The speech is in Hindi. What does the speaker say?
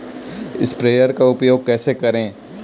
स्प्रेयर का उपयोग कैसे करें?